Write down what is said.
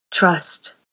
Trust